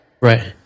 Right